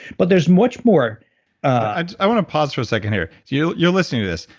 but there's much more i wanna pause for a second here. yeah you're listening to this.